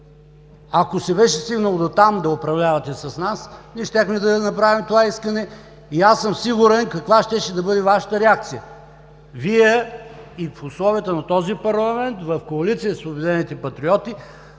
ако се беше стигнало дотам да управлявате с нас ние щяхме да направим това искане и аз съм сигурен каква щеше да бъде Вашата реакция. Вие и в условията на този парламент в коалиция с „Обединените патриоти“